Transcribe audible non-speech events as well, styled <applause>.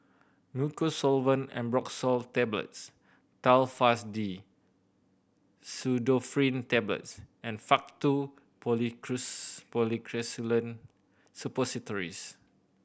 Mucosolvan Ambroxol Tablets Telfast D Pseudoephrine Tablets and Faktu <unintelligible> Policresulen Suppositories